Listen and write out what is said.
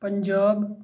Punjab